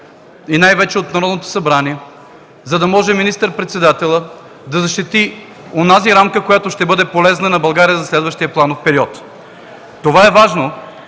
най-вече от Народното събрание, за да може министър-председателят да защити онази рамка, която ще бъде полезна на България за следващия планов период. Това е важно,